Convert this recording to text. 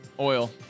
Oil